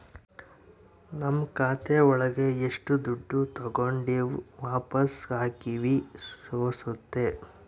ನಮ್ ಖಾತೆ ಒಳಗ ಎಷ್ಟು ದುಡ್ಡು ತಾಗೊಂಡಿವ್ ವಾಪಸ್ ಹಾಕಿವಿ ತೋರ್ಸುತ್ತೆ